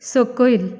सकयल